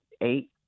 eight